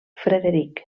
frederic